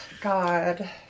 God